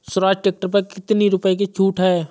Swaraj tractor पर कितनी रुपये की छूट है?